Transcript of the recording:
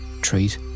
treat